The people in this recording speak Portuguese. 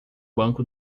banco